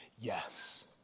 Yes